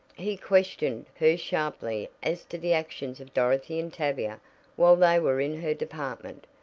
he questioned her sharply as to the actions of dorothy and tavia while they were in her department.